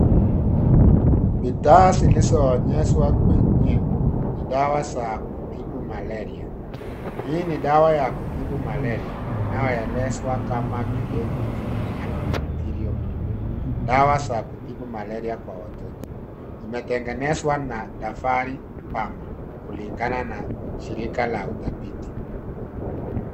Bidhaa zilizoonyeshwa kwenye dawa za kutibu malaria. Hii ni dawa ya kutibu malaria inayoelezwa kama crate anti bacteria, dawa za kutibu malaria kwa watoto. Imetengezwa na safari farmer kulingana na shirika la utafiti.